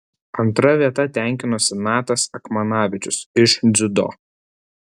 antra vieta tenkinosi natas akmanavičius iš dziudo